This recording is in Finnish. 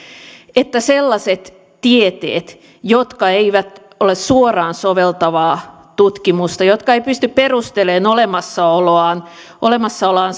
että sellaiset tieteet jotka eivät ole suoraan soveltavaa tutkimusta ja jotka eivät pysty perustelemaan olemassaoloaan olemassaoloaan